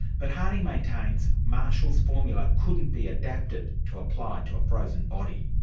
but harding maintains marshall's formula couldn't be adapted to apply to a frozen body.